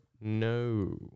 no